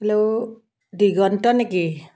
hello Diganta নেকি